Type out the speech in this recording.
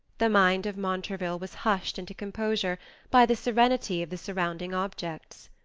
the mind of montraville was hushed into composure by the serenity of the surrounding objects.